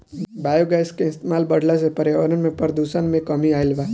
biogas के इस्तमाल बढ़ला से पर्यावरण में प्रदुषण में कमी आइल बा